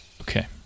Okay